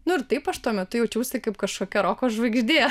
nu ir taip aš tuo metu jaučiausi kaip kažkokia roko žvaigždė